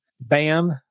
bam